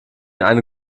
eine